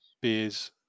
beers